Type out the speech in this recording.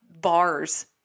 bars